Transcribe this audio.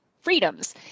freedoms